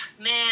man